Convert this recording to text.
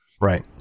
right